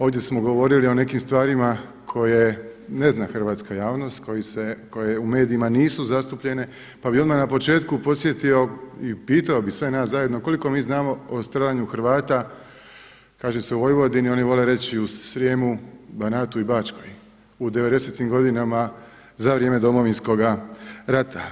Ovdje smo govorili o nekim stvarima koje ne zna hrvatska javnost, koje u medijima nisu zastupljene pa bih odmah na početku podsjetio i pitao bih sve nas zajedno koliko mi znamo o stradanju Hrvata kaže se u Vojvodini, oni vole reći i u Srijemu, Banatu i Bačkoj u '90.-tim godinama za vrijeme Domovinskoga rata.